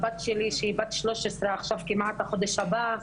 הבת שלי שהיא בת 13, חודש הבא,